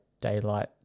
Daylight